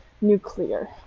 nuclear